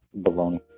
Baloney